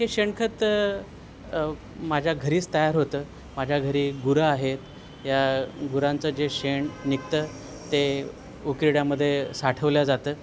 हे शेणखत माझ्या घरीच तयार होतं माझ्या घरी गुरं आहेत या गुरांचं जे शेण निघतं ते उकिरड्यामध्ये साठवल्या जातं